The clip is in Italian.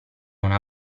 una